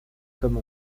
comme